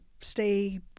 stay